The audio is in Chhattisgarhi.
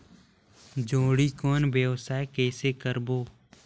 जोणी कौन व्यवसाय कइसे करबो?